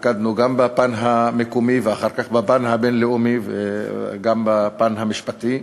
התמקדנו גם בפן המקומי ואחר כך בפן הבין-לאומי וגם בפן המשפטי.